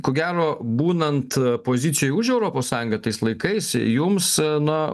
ko gero būnant pozicijoj už europos sąjungą tais laikais jums na